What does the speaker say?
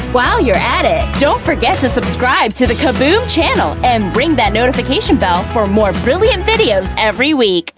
while you're at it, don't forget to subscribe to the kaboom! channel! and ring that notification bell for more brilliant videos every week!